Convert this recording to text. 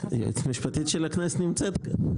היועצת המשפטית של הכנסת נמצאת כאן.